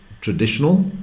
traditional